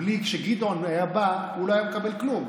בלי שגדעון היה בא, הוא לא היה מקבל כלום.